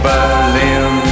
Berlin